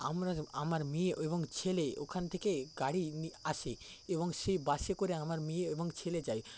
আমরা আমার মেয়ে এবং ছেলে ওখান থেকে গাড়ি নিয়ে আসে এবং সেই বাসে করে আমার মেয়ে এবং ছেলে যায়